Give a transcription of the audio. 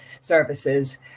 services